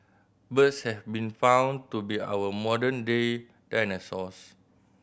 birds have been found to be our modern day dinosaurs